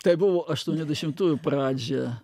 tai buvo aštuoniasdešimtųjų pradžia